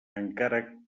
encara